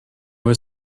were